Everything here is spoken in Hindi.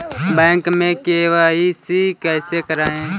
बैंक में के.वाई.सी कैसे करायें?